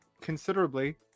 considerably